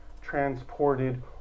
transported